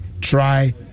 try